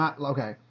Okay